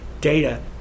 data